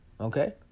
Okay